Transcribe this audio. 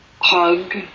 hug